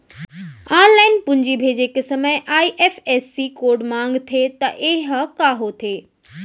Online पूंजी भेजे के समय आई.एफ.एस.सी कोड माँगथे त ये ह का होथे?